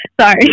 sorry